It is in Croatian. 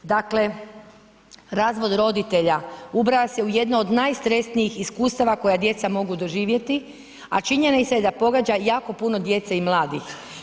Dakle razvod roditelja ubraja se u jedno od najstresnijih iskustava koja djeca mogu doživjeti a činjenica je da pogađa jako puno djece i mladih.